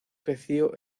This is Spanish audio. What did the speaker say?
creció